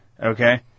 Okay